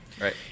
right